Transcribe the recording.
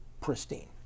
pristine